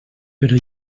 però